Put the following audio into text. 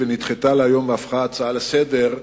נדחתה להיום והפכה להצעה לסדר-היום,